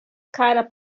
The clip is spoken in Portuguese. cara